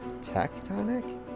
Tectonic